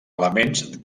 elements